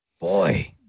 Boy